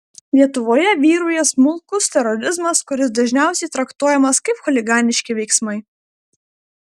lietuvoje vyrauja smulkus terorizmas kuris dažniausiai traktuojamas kaip chuliganiški veiksmai